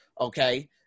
okay